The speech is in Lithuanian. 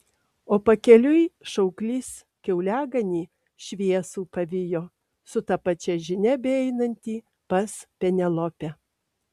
o pakeliui šauklys kiauliaganį šviesų pavijo su ta pačia žinia beeinantį pas penelopę